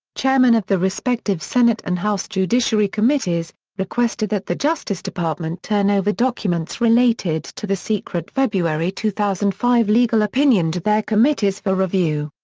chairmen of the respective senate and house judiciary committees, requested that the justice department turn over documents related to the secret february two thousand and five legal opinion to their committees for review.